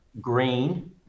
green